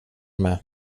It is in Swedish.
med